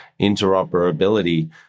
interoperability